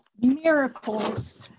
miracles